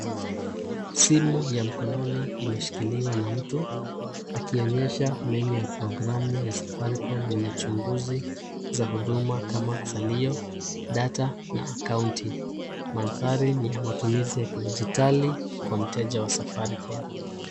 Simu ya mkononi imeshikiliwa na mtu akionyesha menu ya programu ya Safaricom yenye chunguzi za huduma kama salio, data na akaunti, mandhari ni ya matumizi ya kidigitali kwa mteja wa Safaricom.